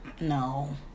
No